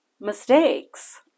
mistakes